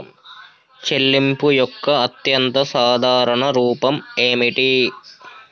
చెల్లింపు యొక్క అత్యంత సాధారణ రూపం ఏమిటి?